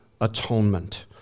atonement